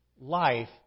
life